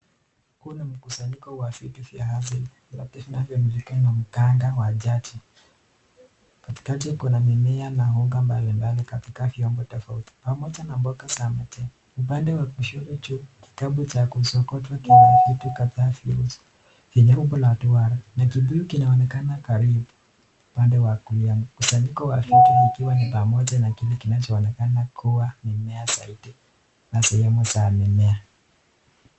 Kuna mkusanyiko wa vitu vya asili vilivyotandikwa na mganga wa jani. Katikati kuna mimea na unga mbalimbali katika vyombo tofauti, pamoja na mboga za majani. Upande wa kushoto juu, kikapu cha kusokotwa kina vitu kadhaa vyeusi vyenye umbo la duwara, na kibuyu kinaonekana karibu. Upande wa kulia, mkusanyiko wa vitu ikiwa ni pamoja na kile kinachoonekana kuwa mimea zaidi na sehemu za mimea.